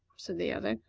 said the other,